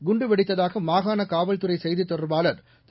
குண்டு வெடித்ததாக மாகாண காவல்துறை செய்தி தொடர்பாளர் திரு